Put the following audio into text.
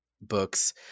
books